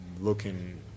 looking